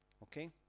Okay